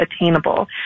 attainable